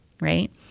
right